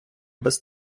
без